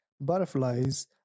butterflies